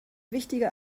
wichtige